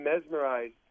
mesmerized